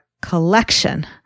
collection